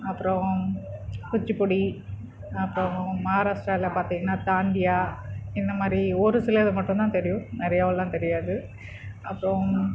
அப்றம் குச்சிப்புடி அப்றம் மஹாராஷ்ட்ராவில் பார்த்திங்கன்னா தாண்டியா இந்த மாதிரி ஒரு சிலது மட்டும் தான் தெரியும் நிறையாலாம் தெரியாது அப்புறம்